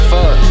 Fuck